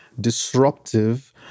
disruptive